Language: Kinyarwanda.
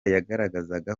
yagaragazaga